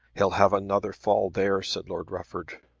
he'll have another fall there, said lord rufford.